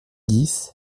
dix